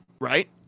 Right